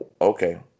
okay